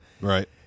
Right